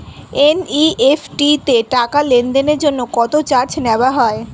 NEFT তে টাকা লেনদেনের জন্য কত চার্জ নেয়া হয়?